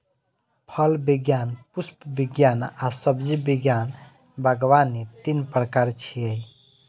फल विज्ञान, पुष्प विज्ञान आ सब्जी विज्ञान बागवानी तीन प्रकार छियै